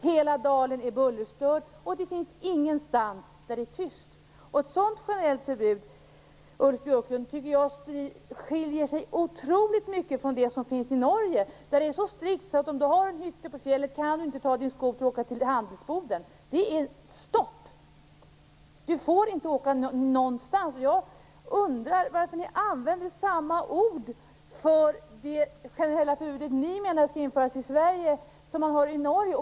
Hela dalen är bullerstörd, och det finns ingenstans där det är tyst. Ett sådant generellt förbud tycker jag skiljer sig otroligt mycket från det som finns i Norge, Ulf Björklund. Där är det så strikt att den som har en hytte på fjället kan inte ta sin skoter och åka till handelsboden. Det är stopp för detta. Man får inte åka någonstans. Jag undrar varför ni använder samma ord för det generella förbudet ni menar skall införas i Sverige som man har i Norge.